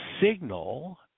signal